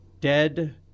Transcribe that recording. dead